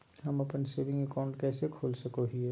हम अप्पन saving account कइसे खोल सको हियै?